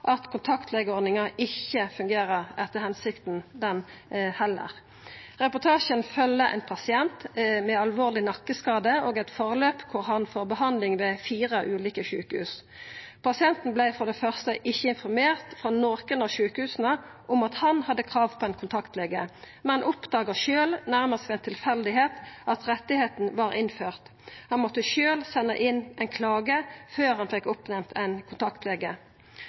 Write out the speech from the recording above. at kontaktlegeordninga heller ikkje fungerer etter hensikta. Reportasjen følgjer ein pasient med alvorleg nakkeskade og eit forløp der han får behandling ved fire ulike sjukehus. Pasienten vart for det første ikkje informert frå nokon av sjukehusa om at han hadde krav på ein kontaktlege, men oppdaga sjølv nærast tilfeldig at rettigheita var innført. Han måtte sjølv senda inn klage før han fekk oppnemnt ein kontaktlege.